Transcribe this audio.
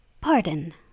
Pardon